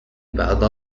بعض